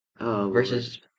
versus